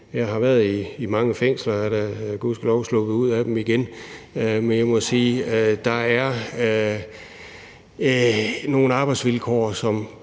Jeg har været i mange fængsler og er da gudskelov sluppet ud af dem igen, men jeg må sige, at der er nogle arbejdsvilkår, som